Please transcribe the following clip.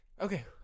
Okay